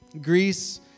Greece